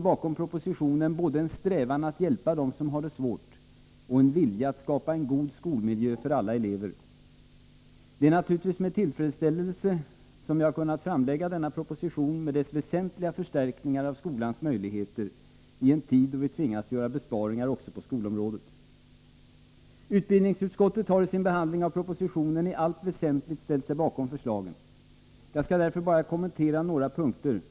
Bakom propositionen finns alltså både en strävan att hjälpa dem som har det svårt och en vilja att skapa en god skolmiljö för alla elever. Det är naturligtvis med tillfredsställelse som jag har kunnat framlägga denna proposition med dess väsentliga förstärkningar av skolans möjligheter i en tid då vi tvingas göra besparingar också på skolområdet. Utbildningsutskottet har i sin behandling av propositionen i allt väsentligt ställt sig bakom förslagen, Jag skall därför bara kommentera några punkter.